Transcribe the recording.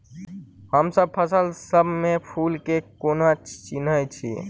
हमसब फसल सब मे फूल केँ कोना चिन्है छी?